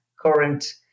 current